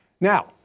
Now